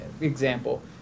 example